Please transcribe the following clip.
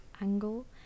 angle